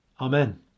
Amen